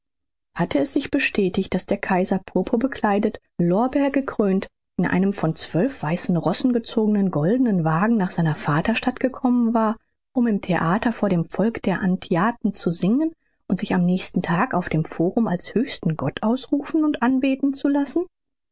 hat es sich bestätigt daß der kaiser purpurbekleidet lorbeergekrönt in einem von zwölf weißen rossen gezogenen goldenen wagen nach seiner vaterstadt gekommen war um im theater vor dem volk der antiaten zu singen und sich am nächsten tag auf dem forum als höchsten gott ausrufen und anbeten zu lassen